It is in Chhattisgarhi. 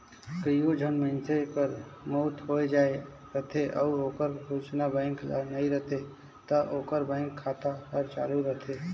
कइयो झन मइनसे कर मउत होए जाए रहथे अउ ओकर सूचना बेंक ल नी रहें ता ओकर बेंक खाता हर चालू रहथे